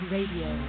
Radio